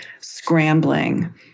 scrambling